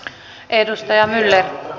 arvoisa puhemies